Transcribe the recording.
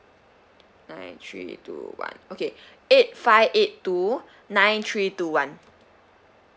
nine three two one okay eight five eight two nine three two one